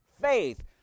faith